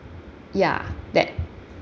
ya that